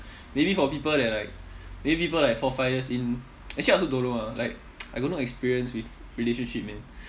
maybe for people that are like maybe people like four five years in actually I also don't know ah like I got no experience with relationship man